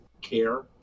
care